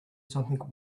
something